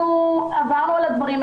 עברנו על הדברים.